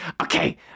okay